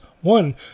One